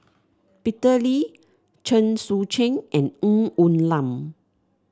Peter Lee Chen Sucheng and Ng Woon Lam